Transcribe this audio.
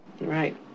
Right